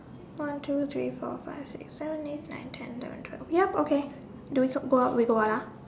one two three four five six seven eight nine ten eleven twelve yup okay do we go out we go out ah